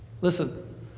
Listen